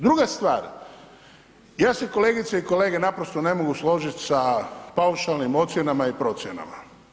Druga stvar, ja se kolegice i kolege naprosto ne mogu složiti sa paušalnim ocjenama i procjenama.